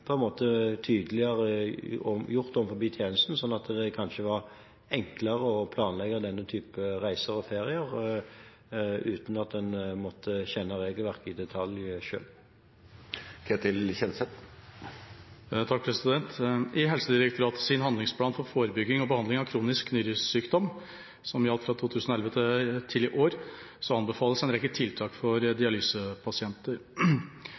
tydeligere når det gjaldt disse tjenestene, sånn at det kanskje ville vært enklere å planlegge denne type reiser og ferier uten å måtte kjenne regelverket i detalj selv. I Helsedirektoratets handlingsplan for forebygging og behandling av kronisk nyresykdom, som gjaldt fra 2011 til i år, anbefales en rekke tiltak for dialysepasienter.